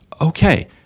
Okay